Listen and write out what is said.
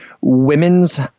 women's